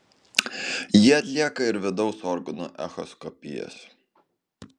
ji atlieka ir vidaus organų echoskopijas